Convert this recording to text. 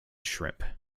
shrimp